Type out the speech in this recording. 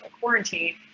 quarantine